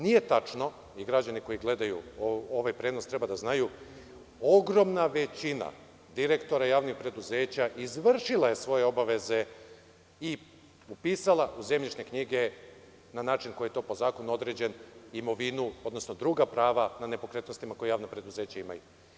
Nije tačno i građani koji gledaju ovaj prenos treba da znaju, ogromna većina direktora javnih preduzeća izvršila je svoje obaveze i upisala u zemljišne knjige na način koji je to po zakonu određena imovina, odnosno druga prava na nepokretnostima koja javna preduzeća imaju.